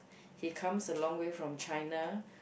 he comes a long way from China